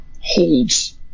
holds